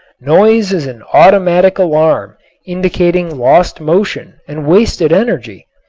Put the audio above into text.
noise is an automatic alarm indicating lost motion and wasted energy.